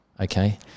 okay